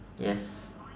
yes